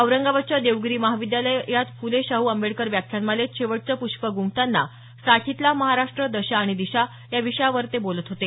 औरंगाबादच्या देवगिरी महाविद्यालयात फुले शाहू आंबेडकर व्याख्यानमालेत शेवटचं पुष्प गुंफताना साठीतला महाराष्ट्रः दशा आणि दिशा या विषयावर ते बोलत होते